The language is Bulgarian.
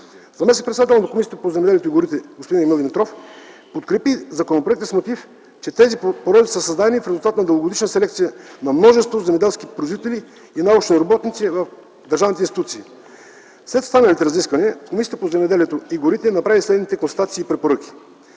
Заместник-председателят на Комисията по земеделието и горите господин Емил Димитров подкрепи законопроекта с мотив, че тези породи са създадени в резултат на дългогодишна селекция на множество земеделски производители и научни работници в държавните институти. След станалите разисквания Комисията по земеделието и горите направи следните констатации и препоръки: